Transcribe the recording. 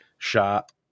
shot